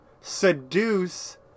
Seduce